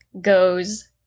goes